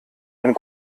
einen